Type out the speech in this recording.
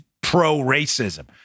pro-racism